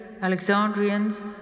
Alexandrians